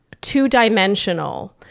two-dimensional